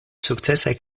sukcesaj